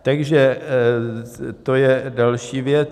Takže to je další věc.